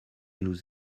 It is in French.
nous